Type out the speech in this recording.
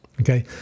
Okay